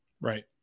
right